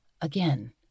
again